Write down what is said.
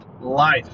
Life